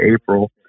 April